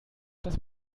das